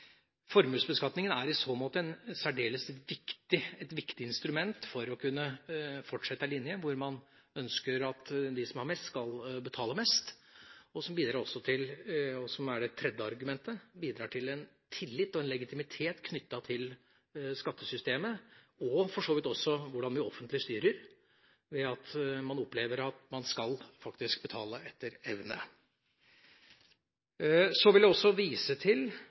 Formuesbeskatningen er i så måte et særdeles viktig instrument for å kunne fortsette en linje der de som har mest, skal betale mest. Det bidrar også til – som er det tredje argumentet – en tillit og en legitimitet knyttet til skattesystemet, og for så vidt også til hvordan vi offentlig styrer, ved at man opplever at man faktisk skal betale etter evne. Så vil jeg også vise til